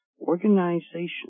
organization